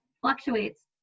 fluctuates